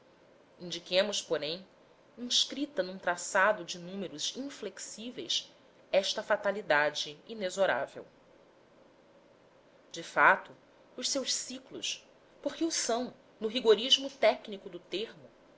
indiquemos porém inscrita num traçado de números inflexíveis esta fatalidade inexorável de fato os seus ciclos porque o são no rigorismo técnico do termo